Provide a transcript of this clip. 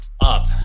up